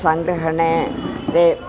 सङ्ग्रहणे ते